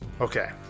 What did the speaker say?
Okay